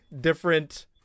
different